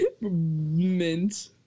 Mint